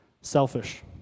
Selfish